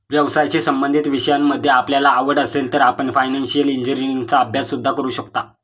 व्यवसायाशी संबंधित विषयांमध्ये आपल्याला आवड असेल तर आपण फायनान्शिअल इंजिनीअरिंगचा अभ्यास सुद्धा करू शकता